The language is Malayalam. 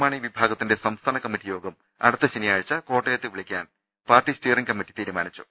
മാണി വിഭാഗത്തിന്റെ സംസ്ഥാന കമ്മിറ്റി യോഗം അടുത്ത ശനിയാഴ്ച കോട്ടയത്ത് വിളിച്ചക്കാൻ പാർട്ടി സ്റ്റിയറിംഗ് കമ്മിറ്റി തീരുമാനിച്ചു